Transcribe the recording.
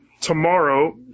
tomorrow